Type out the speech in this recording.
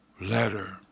letter